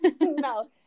no